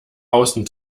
außen